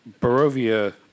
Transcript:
Barovia